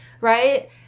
right